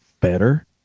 better